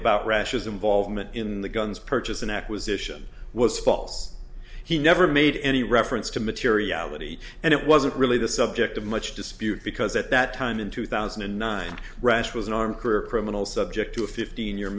about russia's involvement in the guns purchase an acquisition was false he never made any reference to materiality and it wasn't really the subject of much dispute because at that time in two thousand and nine rush was an armed career criminals subject to a fifteen year